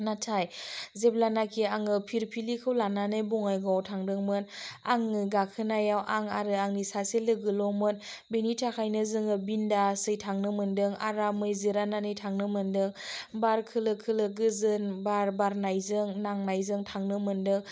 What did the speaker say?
नाथाय जेब्लानाखि आङो फिरफिलिखौ लानानै बङाइगावाव थांदोंमोन आङो गाखोनायाव आं आरो आंनि सासे लोगोल'मोन बेनि थाखायनो जोङो बिनडासयै थांनो मोन्दों आरामै जिरायनानै थांनो मोन्दों बार खोलो खोलो गोजोन बार बारनायजों नांनायजों थांनो मोन्दों